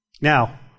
Now